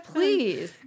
Please